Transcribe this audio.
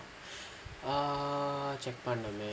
err check பண்ணணுமே:pannanumae